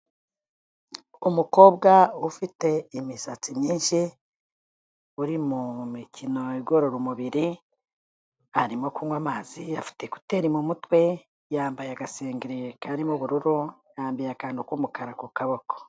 Umukobwa ufite imisatsi myinshi, uri mu mikino igorora umubiri, arimo kunywa amazi, afite ekuteri mu mutwe, yambaye agasengeri karimo ubururu, yambiye akantu k'umukara ku kaboko.